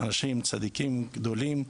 של אנשים צדיקים גדולים,.